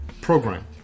program